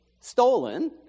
stolen